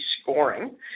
scoring